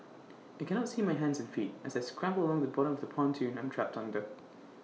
I cannot see my hands and feet as I scramble along the bottom of the pontoon I'm trapped under